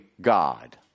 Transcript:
God